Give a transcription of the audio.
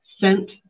sent